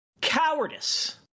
cowardice